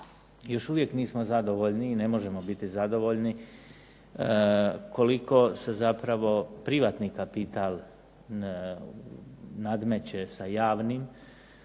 Još uvijek nismo zadovoljni i ne možemo biti zadovoljni koliko se zapravo privatnika pita, nadmeće sa javnim